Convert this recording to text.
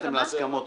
הגעתם להסכמות.